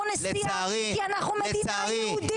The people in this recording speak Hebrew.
וחוק של איסור נסיעה כי אנחנו מדינה יהודית.